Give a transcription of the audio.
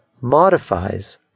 modifies